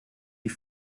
die